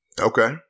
Okay